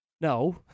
No